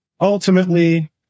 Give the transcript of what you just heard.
ultimately